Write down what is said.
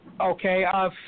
Okay